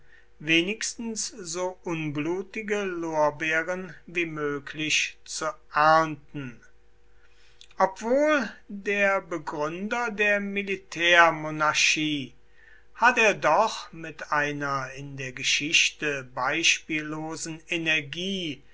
wenigstens so unblutige lorbeeren wie möglich zu ernten obwohl der begründer der militärmonarchie hat er doch mit einer in der geschichte beispiellosen energie